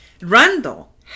Randall